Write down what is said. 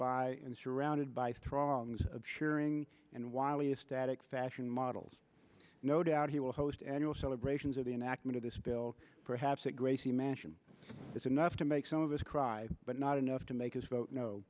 by and surrounded by throngs of cheering and wailea static fashion models no doubt he will host annual celebrations of the enactment of this bill perhaps at gracie mansion is enough to make some of us cry but not enough to make us vote no